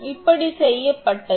இப்படி செய்யப்பட்டது